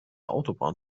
autobahn